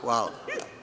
Hvala.